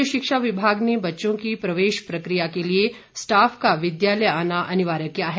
उच्च शिक्षा विभाग ने बच्चों की प्रवेश प्रक्रिया के लिए स्टाफ का विद्यालय आना अनिवार्य किया है